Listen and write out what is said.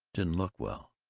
didn't look well.